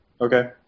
okay